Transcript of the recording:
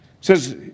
says